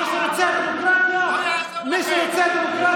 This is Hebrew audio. מי שרוצה דמוקרטיה ושוויון.